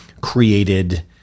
created